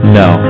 no